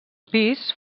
pis